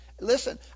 Listen